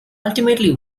ultimately